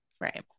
right